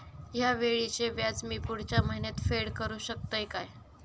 हया वेळीचे व्याज मी पुढच्या महिन्यात फेड करू शकतय काय?